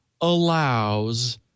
allows